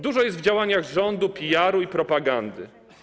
Dużo jest w działaniach rządu PR-u i propagandy.